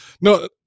No